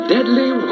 Deadly